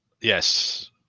yes